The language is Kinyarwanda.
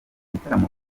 gitaramo